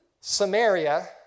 Samaria